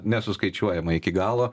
nesuskaičiuojama iki galo